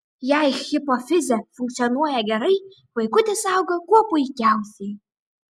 jei hipofizė funkcionuoja gerai vaikutis auga kuo puikiausiai